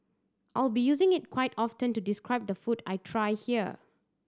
I will be using it quite often to describe the food I try here